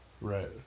Right